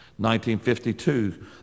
1952